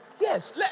yes